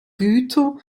güter